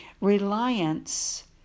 Reliance